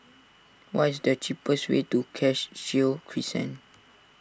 what is the cheapest way to Cashew Crescent